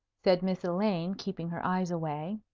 said miss elaine, keeping her eyes away.